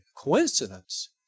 coincidence